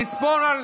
לספור על